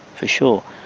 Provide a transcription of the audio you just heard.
for sure.